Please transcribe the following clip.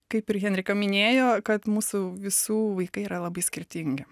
kaip ir henrika minėjo kad mūsų visų vaikai yra labai skirtingi